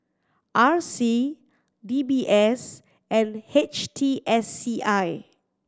R C D B S and H T S C I